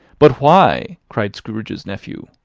but why? cried scrooge's nephew.